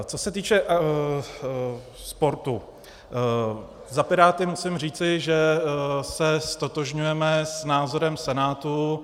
Co se týče sportu, za Piráty musím říci, že se ztotožňujeme s názorem Senátu.